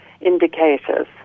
indicators